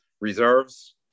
reserves